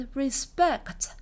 respect